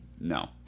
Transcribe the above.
No